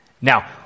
Now